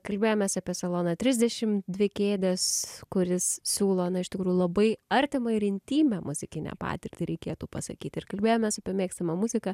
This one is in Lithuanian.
kalbėjomės apie saloną trisdešimt dvi kėdes kuris siūlo na iš tikrųjų labai artimą ir intymią muzikinę patirtį reikėtų pasakyti ir kalbėjomės apie mėgstamą muziką